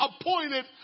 appointed